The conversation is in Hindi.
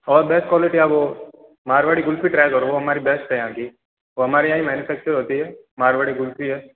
और बेस्ट क्वालिटी है वो मारवाड़ी कुल्फी ट्राई करो वो हमारी बेस्ट है यहाँ की वो हमारे यहाँ ही मैनुफैक्चर होती है मारवाड़ी कुल्फी है